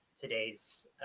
today's